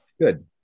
Good